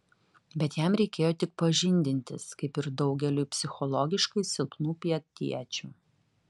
bet jam reikėjo tik pažindintis kaip ir daugeliui psichologiškai silpnų pietiečių